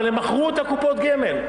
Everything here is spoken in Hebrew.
אבל הם מכרו את קופות הגמל,